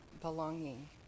belonging